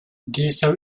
diesel